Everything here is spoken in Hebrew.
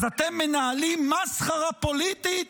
אז אתם מנהלים מסחרה פוליטית